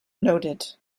noted